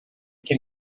can